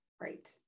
Right